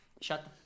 shut